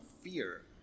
fear